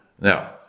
Now